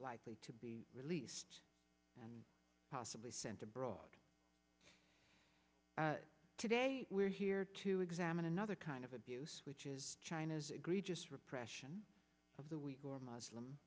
likely to be released and possibly sent abroad today we're here to examine another kind of abuse which is china's egregious repression of the weak or muslim